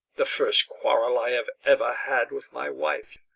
the first quarrel i have ever had with my wife.